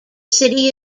city